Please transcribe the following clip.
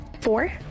Four